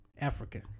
Africa